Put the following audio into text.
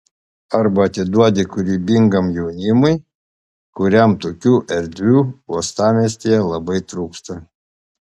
arba atiduoti kūrybingam jaunimui kuriam tokių erdvių uostamiestyje labai trūksta